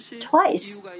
twice